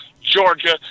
Georgia